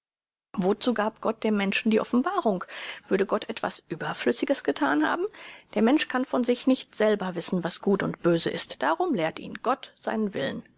wozu gab gott dem menschen die offenbarung würde gott etwas überflüssiges gethan haben der mensch kann von sich nicht selber wissen was gut und böse ist darum lehrte ihn gott seinen willen